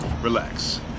Relax